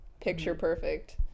picture-perfect